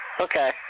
Okay